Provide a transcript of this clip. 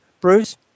Bruce